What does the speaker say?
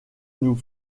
nous